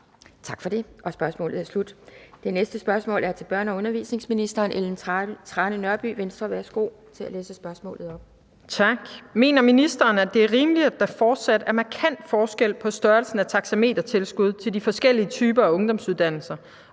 tilbage af spørgeren). Kl. 13:52 Spm. nr. S 537 10) Til børne- og undervisningsministeren af: Ellen Trane Nørby (V) (medspørger: Anni Matthiesen (V)): Mener ministeren, at det er rimeligt, at der fortsat er markant forskel på størrelsen af taxametertilskud til de forskellige typer af ungdomsuddannelser,